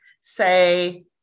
say